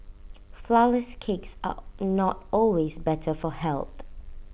Flourless Cakes are not always better for health